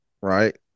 Right